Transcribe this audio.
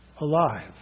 alive